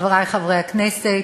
חברי חברי הכנסת,